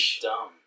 Dumb